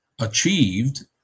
achieved